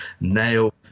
Nail